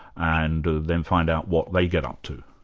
and then find out what they get up to?